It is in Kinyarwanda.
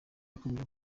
yakomeje